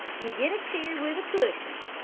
you get a chair with a cushion.